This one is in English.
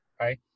right